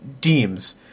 deems—